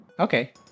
Okay